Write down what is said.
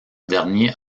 dernier